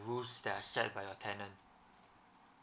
rules that are set by your tenant